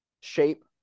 shape